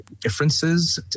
differences